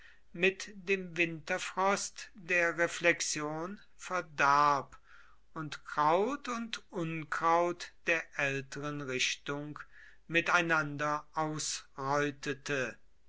mit dem winterfrost der reflexion verdarb und kraut und unkraut der älteren richtung miteinander ausreutete